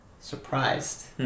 surprised